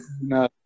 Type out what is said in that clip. No